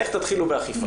איך מיד יתחילו באכיפה.